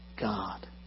God